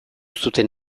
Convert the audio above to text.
zuten